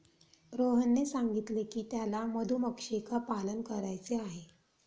रोहनने सांगितले की त्याला मधुमक्षिका पालन करायचे आहे